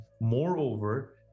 moreover